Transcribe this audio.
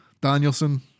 Danielson